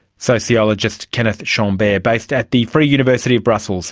sociologist kenneth chambaere, based at the free university of brussels.